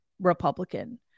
Republican